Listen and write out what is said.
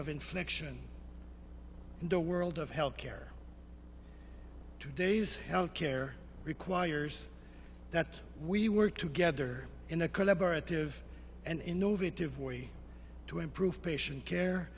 of inflection in the world of health care today's health care requires that we work together in a collaborative and innovative way to improve patient care